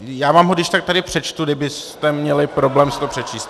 Já vám ho když tak tady přečtu, kdybyste měli problém si to přečíst.